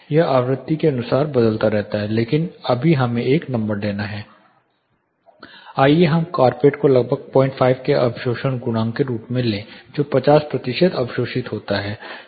यह आवृत्ति के अनुसार बदलता रहता है लेकिन हमें अभी एक नंबर लेना है आइए हम कार्पेट को लगभग 05 के अवशोषण गुणांक के रूप में लें जो 50 प्रतिशत अवशोषित होता है